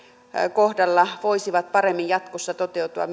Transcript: kohdalla voisivat paremmin jatkossa toteutua